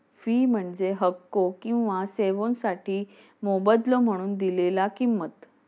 fee म्हणजे हक्को किंवा सेवोंसाठी मोबदलो म्हणून दिलेला किंमत